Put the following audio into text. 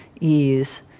ease